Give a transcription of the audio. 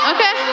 Okay